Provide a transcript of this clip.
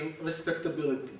respectability